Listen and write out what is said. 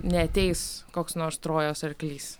neateis koks nors trojos arklys